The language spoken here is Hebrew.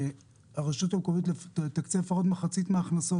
הרשות המקומית תקצה לפחות מחצית מההכנסות